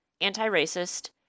anti-racist